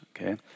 Okay